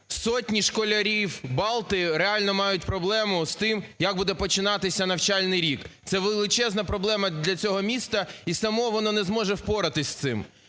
сотні школярів Балти реально мають проблему з тим, як буде починатися навчальний рік. Це величезна проблема для цього міста, і саме воно не зможе впоратися з цим.